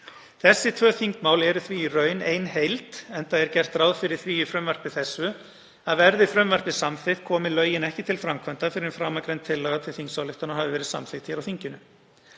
Þessi tvö þingmál eru því í raun ein heild enda er gert ráð fyrir því í frumvarpi þessu, að verði frumvarpið samþykkt komi lögin ekki til framkvæmda fyrr en framangreind tillaga til þingsályktunar hafi verið samþykkt hér á þinginu.